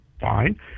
fine